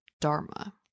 dharma